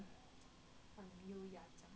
mm